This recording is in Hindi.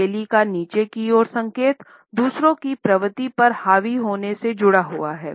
हथेली का नीचे की ओर संकेत दूसरों की प्रवृत्ति पर हावी होने से जुड़ा हुआ है